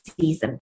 season